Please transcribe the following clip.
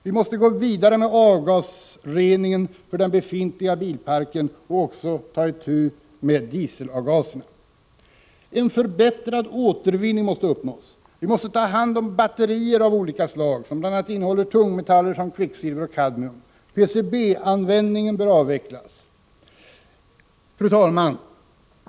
Vi måste gå vidare med avgasreningen för den befintliga bilparken och också ta itu med dieselavgaserna. En förbättrad återvinning måste uppnås. Vi måste ta hand om batterier av olika slag som bl.a. innehåller tungmetaller såsom kvicksilver och kadmium. PCB-användningen bör avvecklas. Fru talman!